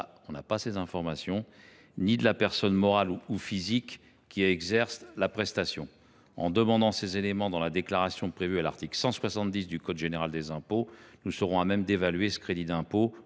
la nature des organismes ni sur la personne morale ou physique qui effectue la prestation. En demandant ces éléments dans la déclaration prévue à l’article 170 du code général des impôts, nous serons à même d’évaluer ce crédit d’impôt,